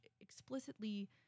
explicitly